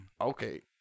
Okay